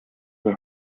the